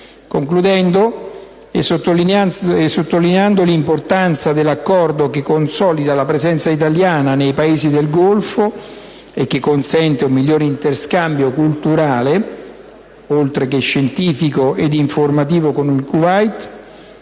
Concludendo e sottolineando l'importanza dell'Accordo, che consolida la presenza italiana nei Paesi del Golfo e che consente un miglior interscambio culturale, oltre che scientifico ed informativo, con il Kuwait,